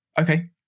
okay